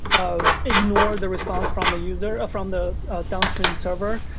ah ignore the response from the user, from the downstream server,